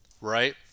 right